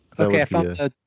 Okay